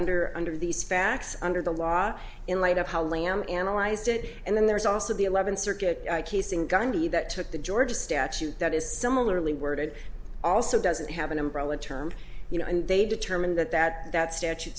under under these facts under the law in light of how lamb analyzed it and then there's also the eleventh circuit casing gundy that took the ga statute that is similarly worded also doesn't have an umbrella term you know and they determine that that that statute